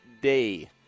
day